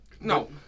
No